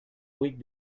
week